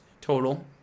total